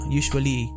usually